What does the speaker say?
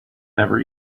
never